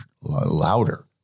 louder